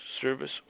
service